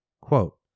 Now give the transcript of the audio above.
Quote